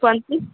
कोन चीज